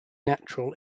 natural